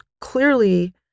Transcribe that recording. clearly